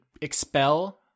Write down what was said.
expel